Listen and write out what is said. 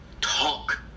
Talk